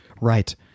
Right